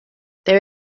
there